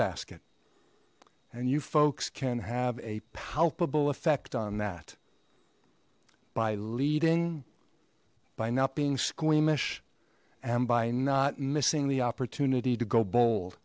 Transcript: basket and you folks can have a palpable effect on that by leading by not being squeamish and by not missing the opportunity to go bo